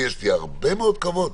ויש לי הרבה מאוד כבוד,